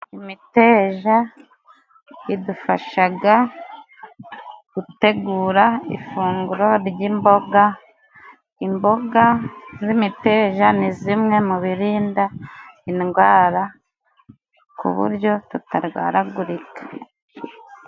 Imiteja Idufashaga gutegura ifunguro ry'imboga, imboga z'imiteja ni zimwe mu birinda indwara ku buryo tutarwaragurika.